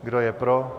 Kdo je pro?